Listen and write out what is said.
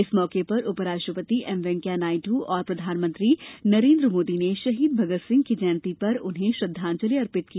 इस मौके पर उपराष्ट्रपति एम वैंकैया नायड़ और प्रधानमंत्री नरेन्द्र मोदी ने शहीद भगत सिंह की जयंती पर उन्हें श्रद्वांजलि अर्पित की